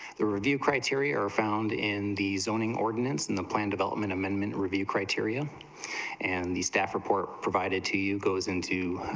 the review criteria are found in the zoning ordinance in the plan development um and and in review criteria and the staff report provided to you goes into,